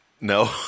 No